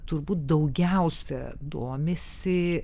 turbūt daugiausia domisi